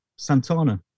Santana